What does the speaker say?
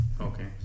Okay